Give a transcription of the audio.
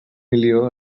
milió